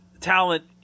talent